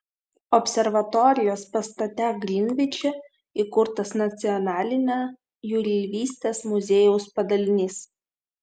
observatorijos pastate grinviče įkurtas nacionalinio jūreivystės muziejaus padalinys